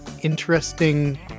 interesting